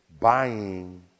buying